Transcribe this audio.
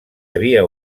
havia